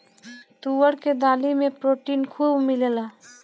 तुअर के दाली में प्रोटीन खूब मिलेला